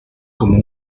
como